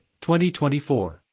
2024